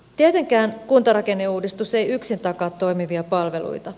tietenkään kuntarakenneuudistus ei yksin takaa toimivia palveluita